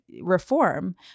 reform